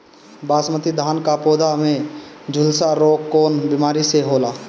बासमती धान क पौधा में झुलसा रोग कौन बिमारी से होला?